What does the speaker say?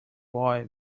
boy